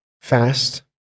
fast